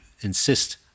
insist